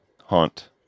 haunt